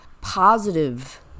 positive